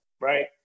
Right